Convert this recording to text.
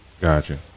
Gotcha